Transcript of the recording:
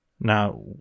Now